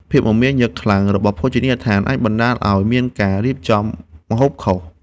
ភាពមមាញឹកខ្លាំងរបស់ភោជនីយដ្ឋាន អាចបណ្ដាលឱ្យមានការរៀបចំម្ហូបខុស។